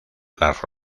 las